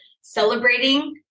celebrating